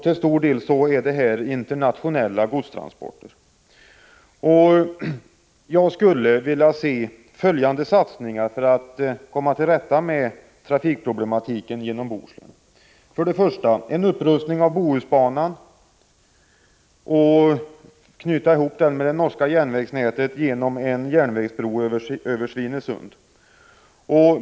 Till stor del är det internationella godstransporter. Jag skulle vilja se följande satsningar för att man skall kunna komma till rätta med trafikproblematiken beträffande Bohuslän. 1. En upprustning av Bohusbanan och en sammanknytning av den och det norska järnvägsnätet genom en järnvägsbro över Svinesund.